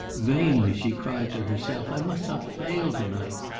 vainly she cried to herself, i must not fail to-night.